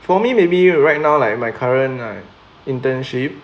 for me maybe right now like my current like internship